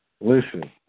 Listen